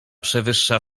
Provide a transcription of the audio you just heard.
przewyższa